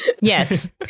Yes